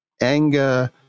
anger